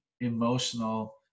emotional